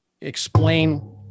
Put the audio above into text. explain